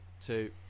two